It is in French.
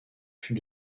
fut